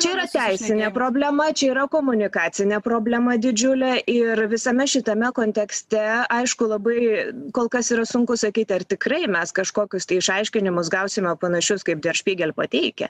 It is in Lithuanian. čia yra teisinė problema čia yra komunikacinė problema didžiulė ir visame šitame kontekste aišku labai kol kas yra sunku sakyti ar tikrai mes kažkokius tai išaiškinimus gausime panašius kaip dier špygel pateikia